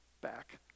back